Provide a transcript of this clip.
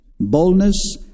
boldness